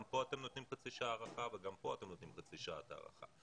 גם פה אתם נותנים חצי שעה הארכה וגם פה אתם נותנים חצי שעת הארכה.